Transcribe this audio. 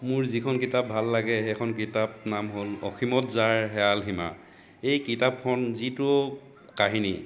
মোৰ যিখন কিতাপ ভাল লাগে সেইখন কিতাপ নাম হ'ল অসীমত যাৰ হেৰাল সীমা এই কিতাপখন যিটো কাহিনী